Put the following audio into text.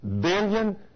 billion